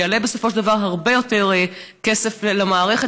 זה יעלה בסופו של דבר הרבה יותר כסף למערכת,